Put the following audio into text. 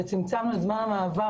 מצומצם לזמן המעבר,